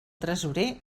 tresorer